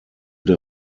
der